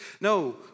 No